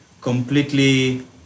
completely